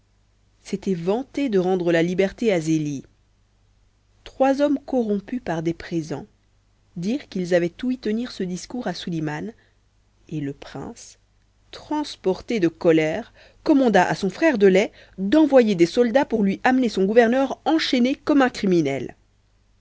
s'était vanté de rentre la liberté à zélie trois hommes corrompus par des présents dirent qu'ils avaient ouï tenir ce discours à suliman et le prince transporté de colère commanda à son frère de lait d'envoyer des soldats pour lui amener son gouverneur enchaîné comme un criminel